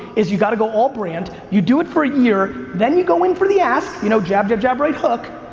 is you gotta go all brand. you do it for a year, then you go in for the ask. you know, jab, jab, jab, right hook.